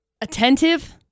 attentive